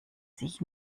sich